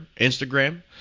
instagram